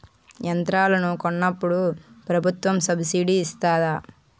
యంత్రాలను కొన్నప్పుడు ప్రభుత్వం సబ్ స్సిడీ ఇస్తాధా?